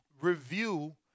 review